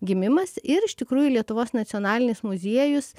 gimimas ir iš tikrųjų lietuvos nacionalinis muziejus